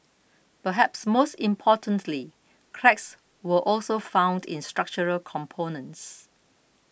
perhaps most importantly cracks were also found in structural components